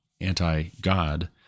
anti-God